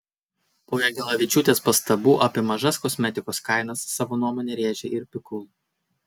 po jagelavičiūtės pastabų apie mažas kosmetikos kainas savo nuomonę rėžė ir pikul